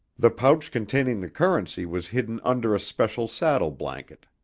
the pouch containing the currency was hidden under a special saddle blanket.